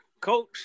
coach